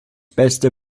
beste